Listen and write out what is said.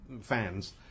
fans